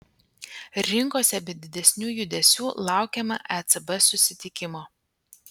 rinkose be didesnių judesių laukiama ecb susitikimo